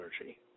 energy